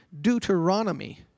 Deuteronomy